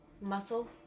Muscle